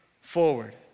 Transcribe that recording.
forward